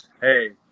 hey